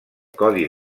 codi